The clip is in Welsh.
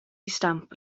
stamp